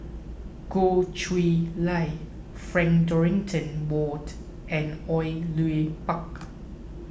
Goh Chiew Lye Frank Dorrington Ward and Au Yue Pak